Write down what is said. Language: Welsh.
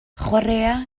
chwaraea